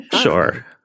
Sure